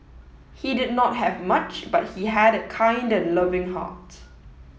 he did not have much but he had a kind and loving heart